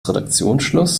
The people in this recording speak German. redaktionsschluss